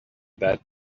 that